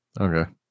Okay